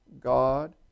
God